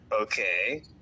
Okay